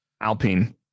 Alpine